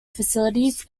facilities